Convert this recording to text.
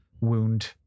wound